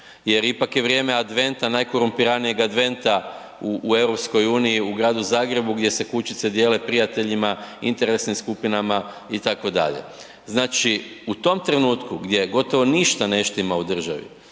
jer ipak je vrijeme adventa, najkorumpiranijeg adventa u EU u gradu Zagrebu gdje se kućice dijele prijateljima, interesnim skupinama itd. Znači u tom trenutku gdje gotovo ništa ne štima u državi,